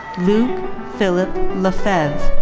luke philip lefeve.